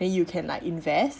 then you can like invest